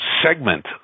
segment